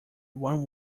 one